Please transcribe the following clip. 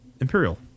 imperial